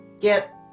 get